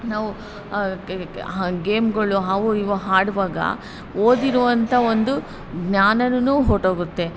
ನಾವು ಆ ಗೇಮ್ಗಳು ಹಾಗೋ ಹೀಗೋ ಹಾಡುವಾಗ ಓದಿರುವಂಥ ಒಂದು ಜ್ಞಾನವೂ ಹೊರ್ಟೋಗುತ್ತೆ